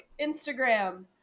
Instagram